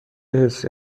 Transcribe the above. حسی